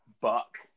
Buck